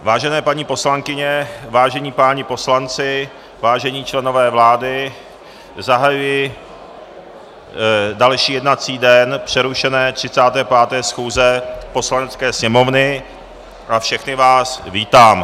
Vážené paní poslankyně, vážení páni poslanci, vážení členové vlády, zahajuji další jednací den přerušené 35. schůze Poslanecké sněmovny a všechny vás vítám.